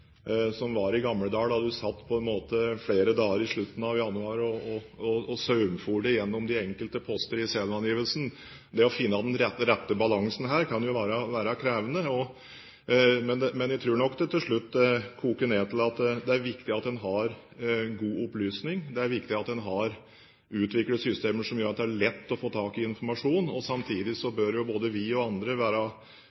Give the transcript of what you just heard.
måte var i gamle dager, da du satt i flere dager i slutten av januar og saumfor de enkelte postene i selvangivelsen. Det å finne den rette balansen her kan være krevende, men jeg tror det til slutt koker ned til at det er viktig at en har god opplysning, det er viktig at en har utviklet systemer som gjør at det er lett å få tak i informasjon. Samtidig bør både vi og